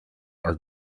are